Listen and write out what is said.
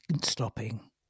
stopping